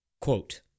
Quote